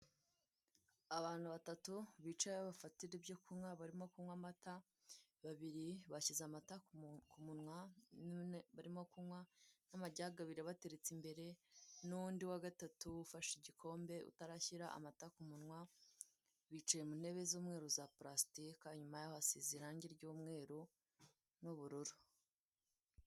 Abantu batatu bicaye aho bafatira ibyo kunywa barimo kunywa amata, babiri bashyize amata ku munwa n'umwe urimo kunywa, n'amajage abiri abateretse imbere n'undi wa gatatu ufashe igikombe utarashyira amata ku munwa, bicaye mu ntebe z'umweru za purasitika, inyuma yabo hasize irange ry'umweru n'ubururu.